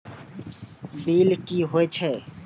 Bill की हौए छै?